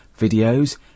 videos